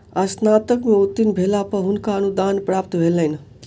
स्नातक में उत्तीर्ण भेला पर हुनका अनुदान प्राप्त भेलैन